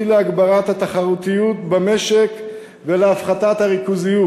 להגברת התחרותיות במשק ולהפחתת הריכוזיות.